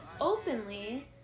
openly